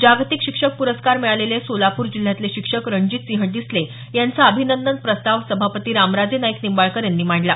जागतिक शिक्षक पुरस्कार मिळालेले सोलापूर जिल्ह्यातले शिक्षक रणजितसिंह डिसले यांचा अभिनंदन प्रस्ताव सभापती रामराजे नाईक निंबाळकर यांनी मांडला